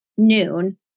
noon